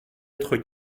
être